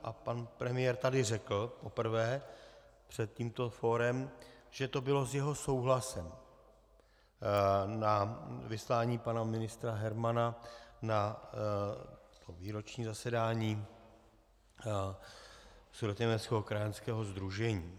A pan premiér tady řekl poprvé před tímto fórem, že to bylo s jeho souhlasem, vyslání pana ministra Hermana na to výroční zasedání Sudetoněmeckého krajanského sdružení.